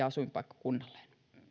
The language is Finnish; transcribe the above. asuinpaikkakunnalleen